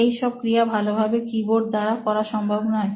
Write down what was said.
এইসব ক্রিয়া ভালোভাবে কীবোর্ড দ্বারা করা সম্ভব নয়